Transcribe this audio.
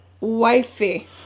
wifey